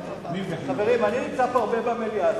בקשה, חברים, אני נמצא פה הרבה במליאה.